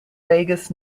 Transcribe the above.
vegas